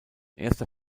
erster